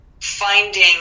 finding